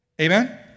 Amen